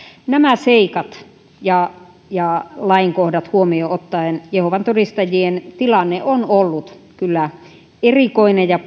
nämä seikat ja ja lainkohdat huomioon ottaen jehovan todistajien tilanne on ollut kyllä erikoinen ja